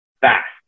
fast